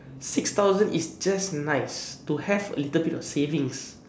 six thousand is just nice to have a little bit of savings